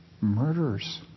Murderers